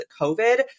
covid